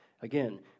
Again